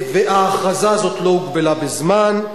וההכרזה הזאת לא הוגבלה בזמן,